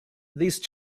these